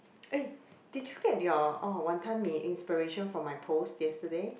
eh did you get your orh wanton mee inspiration from my post yesterday